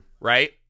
Right